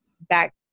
back